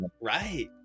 Right